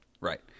right